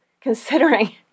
considering